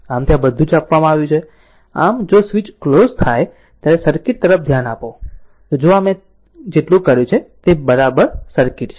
આમ ત્યાં બધું જ આપવામાં આવ્યું છે આમ જો સ્વીચ ક્લોઝ થાય ત્યારે સર્કિટ તરફ ધ્યાન આપો જો આ મેં જેટલું કર્યું તે બરાબર સર્કિટ છે